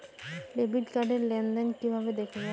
Debit card র লেনদেন কিভাবে দেখবো?